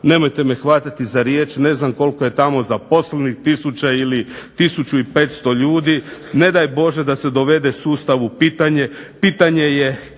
nemojte me hvatati za riječ ne znam koliko je tamo zaposlenih tisuća ili tisuću i 500 ljudi. Ne daj Bože da se dovede sustav u pitanje, pitanje je